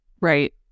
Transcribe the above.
right